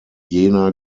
jena